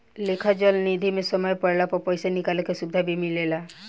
लेखा चल निधी मे समय पड़ला पर पइसा निकाले के सुविधा भी मिलेला